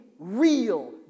Real